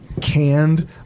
canned